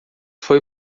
foi